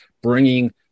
bringing